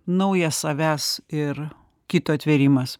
naujas savęs ir kito atvėrimas